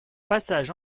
passage